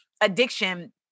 addiction